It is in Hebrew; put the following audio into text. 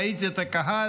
ראיתי את הקהל,